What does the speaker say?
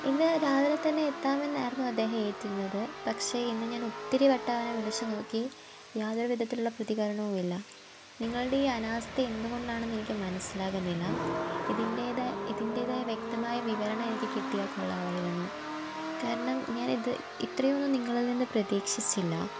ഇന്ന് രാവിലെ തന്നെ എത്താമെന്നായിരുന്നു അദ്ദേഹം ഏറ്റിരുന്നത് പക്ഷേ ഇന്ന് ഞാനൊത്തിരി വട്ടം അവനെ വിളിച്ചുനോക്കി യാതൊരു വിധത്തിലുള്ള പ്രതികരണവുമില്ല നിങ്ങളുടെ ഈ അനാസ്ഥ എന്തുകൊണ്ടാണെന്ന് എനിക്ക് മനസ്സിലാകുന്നില്ല ഇതിൻ്റെ ഇതിന്റേതായ വ്യക്തമായ വിവരണം എനിക്ക് കിട്ടിയാൽ കൊള്ളാമായിരുന്നു കാരണം ഞാനിത് ഇത്രയൊന്നും നിങ്ങളിൽ നിന്ന് പ്രതീക്ഷിച്ചില്ല